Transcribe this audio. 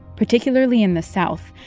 particularly in the south,